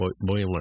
Boiler